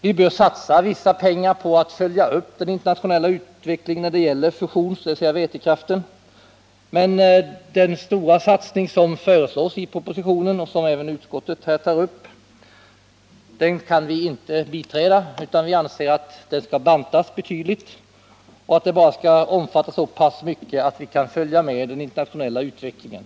Vi bör satsa vissa pengar på att följa upp den internationella utvecklingen när det gäller fusionskraften — dvs. vätekraften — men den stora satsning som föreslås i propositionen och som även utskottet tar upp kan vi inte biträda, utan vi anser att förslaget skall bantas betydligt och bara omfatta så pass mycket att vi kan följa med den internationella utvecklingen.